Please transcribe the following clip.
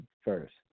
first